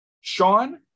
Sean